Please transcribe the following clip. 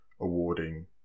awarding